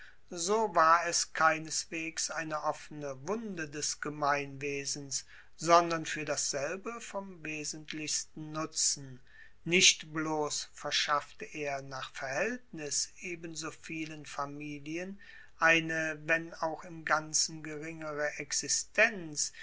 so war er keineswegs eine offene wunde des gemeinwesens sondern fuer dasselbe vom wesentlichsten nutzen nicht bloss verschaffte er nach verhaeltnis ebenso vielen familien eine wenn auch im ganzen geringere existenz